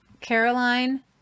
Caroline